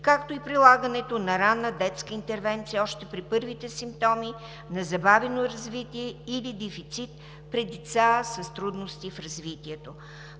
както и прилагането на ранна детска интервенция още при първите симптоми на забавено развитие или дефицит при деца с трудности в развитието.